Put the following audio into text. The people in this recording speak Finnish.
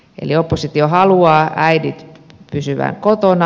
eli oppositio haluaa äitien pysyvän kotona